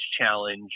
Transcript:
challenge